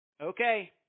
Okay